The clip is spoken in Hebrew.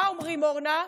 מה אומרים, אורנה?